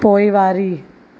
पोइवारी